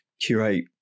curate